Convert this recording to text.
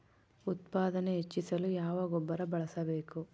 ಉತ್ಪಾದನೆ ಹೆಚ್ಚಿಸಲು ಯಾವ ಗೊಬ್ಬರ ಬಳಸಬೇಕು?